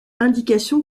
indication